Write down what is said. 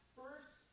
first